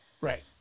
Right